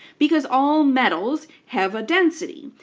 because all metals have a density.